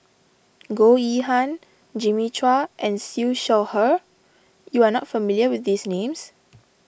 Goh Yihan Jimmy Chua and Siew Shaw Her you are not familiar with these names